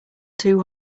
too